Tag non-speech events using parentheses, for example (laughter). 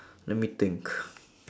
(breath) let me think (noise)